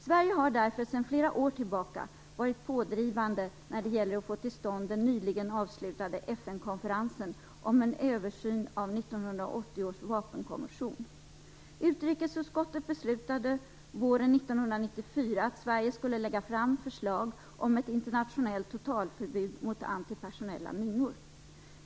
Sverige har därför sedan flera år tillbaka varit pådrivande när det gäller att få till stånd den nyligen avslutade FN-konferensen om en översyn av 1980 års vapenkonvention. Utrikesutskottet beslutade våren 1994 att Sverige skulle lägga fram förslag om ett internationellt totalförbud mot antipersonella minor.